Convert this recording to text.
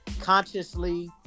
consciously